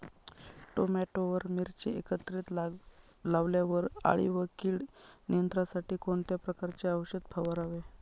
Tomato व मिरची एकत्रित लावल्यावर अळी व कीड नियंत्रणासाठी कोणत्या प्रकारचे औषध फवारावे?